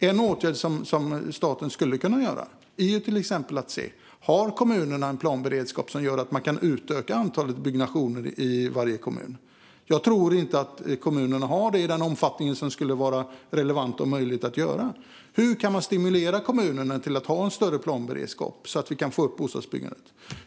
En åtgärd som staten skulle kunna vidta är att se om kommunerna har en planberedskap så att man kan utöka antalet byggnationer? Jag tror inte att kommunerna har det i den omfattning som skulle vara relevant och möjlig. Hur kan man stimulera kommunerna till att ha en bättre planberedskap, så att vi kan få upp bostadsbyggandet?